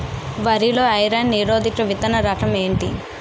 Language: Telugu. వరి లో ఐరన్ నిరోధక విత్తన రకం ఏంటి?